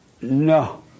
No